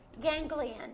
ganglion